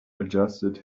adjusted